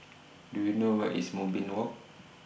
Do YOU know Where IS Moonbeam Walk